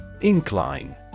Incline